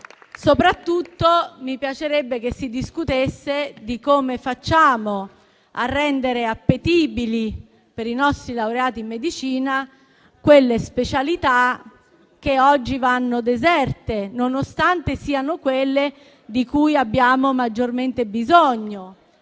Soprattutto, mi piacerebbe che si discutesse di come facciamo a rendere appetibili per i nostri laureati in medicina quelle specialità che oggi vanno deserte, nonostante siano quelle di cui abbiamo maggiormente bisogno.